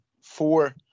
four